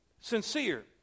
Sincere